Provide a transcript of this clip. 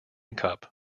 cup